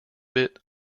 bit